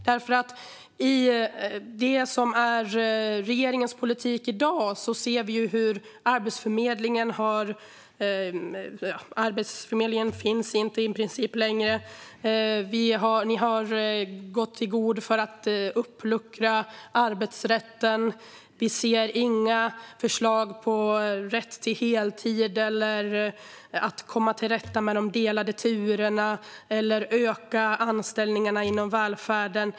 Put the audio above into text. Vi ser att regeringens politik i dag innebär att Arbetsförmedlingen i princip inte finns längre och att regeringen har gått i god för att uppluckra arbetsrätten. Vi ser inga förslag för rätt till heltid, för att komma till rätta med de delade turerna eller för att öka anställningarna inom välfärden.